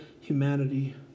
humanity